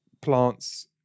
Plants